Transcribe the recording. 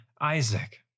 Isaac